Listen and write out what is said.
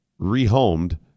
Rehomed